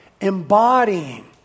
embodying